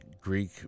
Greek